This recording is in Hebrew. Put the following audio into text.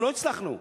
ולא הצלחנו.